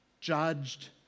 judged